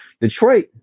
Detroit